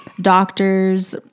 doctors